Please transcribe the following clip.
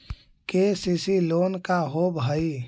KCC loan का होब हइ?